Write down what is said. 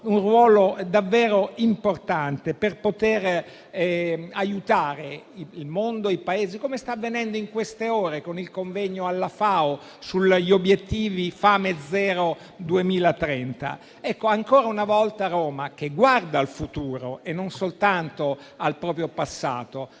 un ruolo davvero importante per poter aiutare i Paesi del mondo, come sta avvenendo nelle ultime ore con il convegno alla FAO sugli obiettivi Fame zero 2030. Ancora una volta Roma guarda al futuro e non soltanto al proprio passato.